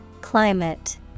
Climate